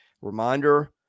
Reminder